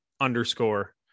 underscore